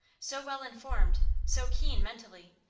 so well informed, so keen mentally,